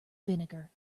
vinegar